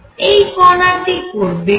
এই কণা টি করবে কি